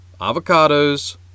avocados